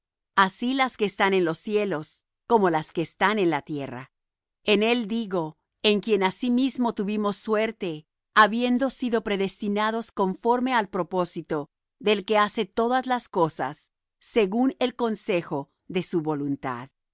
así las que están en los cielos como las que están en la tierra en él digo en quien asimismo tuvimos suerte habiendo sido predestinados conforme al propósito del que hace todas las cosas según el consejo de su voluntad